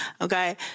Okay